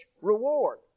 reward